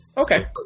Okay